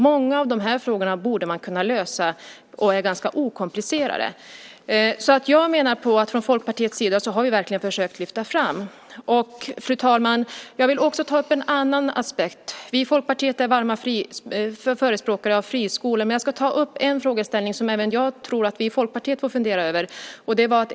Många av de här frågorna borde man kunna lösa och är ganska okomplicerade. Jag menar att vi från Folkpartiet verkligen har försökt lyfta fram detta. Fru talman! Jag vill ta upp en annan aspekt. Vi i Folkpartiet är varma förespråkare av friskolor, men jag ska ta upp en fråga som även vi i Folkpartiet får fundera över.